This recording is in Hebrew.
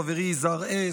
חברי יזהר הס,